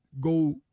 go